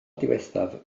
diwethaf